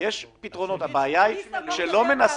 כל פעילות מערכת ההשכלה גבוהה מכוונת כדי